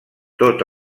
tot